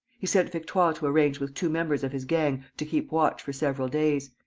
he sent victoire to arrange with two members of his gang to keep watch for several days.